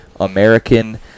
American